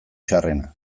txarrena